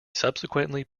subsequently